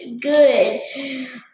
good